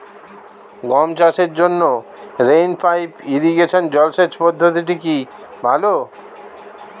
গম চাষের জন্য রেইন পাইপ ইরিগেশন জলসেচ পদ্ধতিটি কি ভালো?